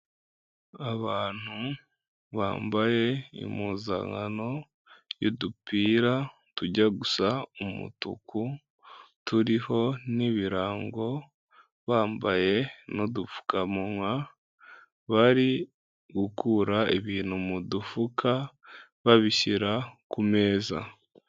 Abantu bambaye impuzankano y'udupira tujya gusa umutuku, turiho n'ibirango, bambaye n'udupfukamunwa, bari gukura ibintu mu dufuka babishyira kumeza.